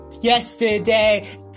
yesterday